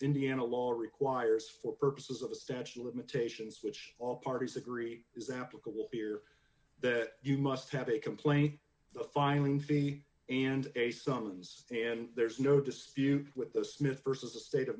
indiana law requires d for purposes of a statue of limitations which all parties agree is applicable be there that you must have a complaint filing fee and a summons and there's no dispute with the smith versus the state of